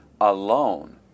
alone